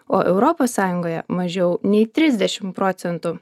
o europos sąjungoje mažiau nei trisdešim procentų